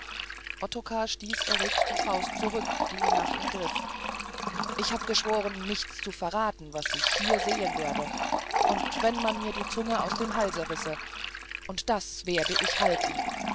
ottokar stieß erregt die faust zurück die nach ihm griff ich hab geschworen nichts zu verraten was ich hier sehen werde und wenn man mir die zunge aus dem halse risse und das werde ich halten